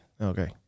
Okay